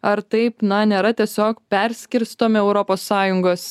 ar taip na nėra tiesiog perskirstomi europos sąjungos